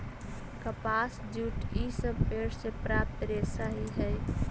कपास, जूट इ सब पेड़ से प्राप्त रेशा ही हई